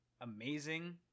amazing